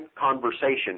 conversation